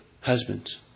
husbands